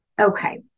Okay